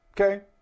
Okay